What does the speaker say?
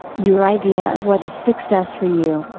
your idea of what is success for you,